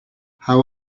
how